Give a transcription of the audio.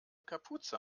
kapuze